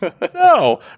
No